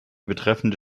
betreffende